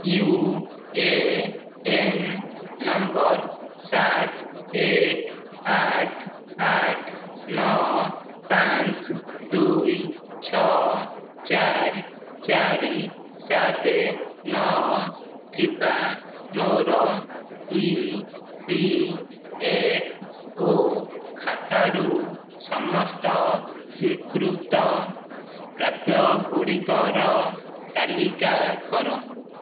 you A N number ସାତ ଏକ ଆଠ ଆଠ ନଅ ପାଞ୍ଚ ଦୁଇ ଛଅ ଚାରି ଚାରି ସାତେ ନଅ ଥିବା ମୋର ଇ ପି ଏଫ୍ ଓ ଖାତାରୁ ସମସ୍ତ ସ୍ୱୀକୃତ ପ୍ରାପ୍ୟ ଗୁଡ଼ିକର ତାଲିକା କର